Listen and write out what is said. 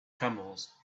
camels